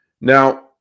Now